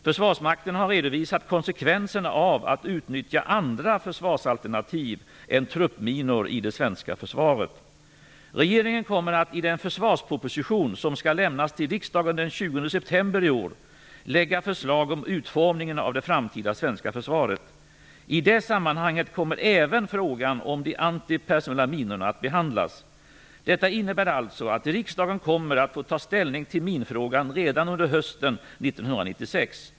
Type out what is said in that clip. Försvarsmakten har redovisat konsekvenserna av att utnyttja andra försvarsalternativ än truppminor i det svenska försvaret. Regeringen kommer att, i den försvarsproposition som skall lämnas till riksdagen den 20 september i år, lägga fram förslag om utformningen av det framtida svenska försvaret. I det sammanhanget kommer även frågan om de antipersonella minorna att behandlas. Detta innebär alltså att riksdagen kommer att få ta ställning till minfrågan redan under hösten 1996.